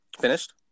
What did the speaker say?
Finished